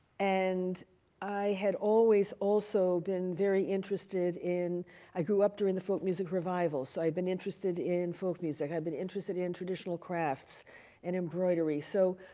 and i had always also been very interested in i grew up during the folk music revival, so i had been interested in folk music. i had been interested in traditional crafts and embroidery. so,